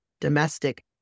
domestic